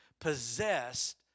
possessed